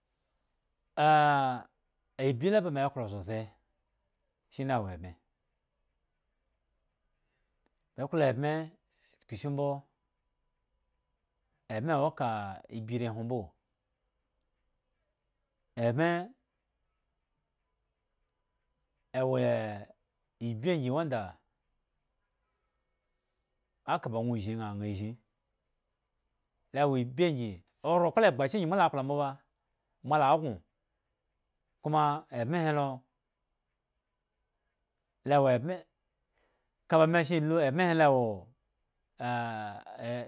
ibyi la ba me eno s nga omba aa mbo ebme he lo de le kpohwo ovmbaaa osai shine ebme me klo ebme chuku shi mbo ebme wo ekaa ibyi le hwo mboo ebme e eoe ibyi nyi wanda aka ba nwo zhiyin aa aa zhyin la ibyi nyi ora klo egba sha nyi mo la klo mbo ba mo la gri kuma ebma he lo la ebme kaba me shen da ebme he wola